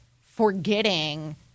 forgetting